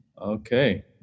Okay